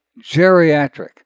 geriatric